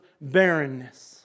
barrenness